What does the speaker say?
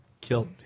killed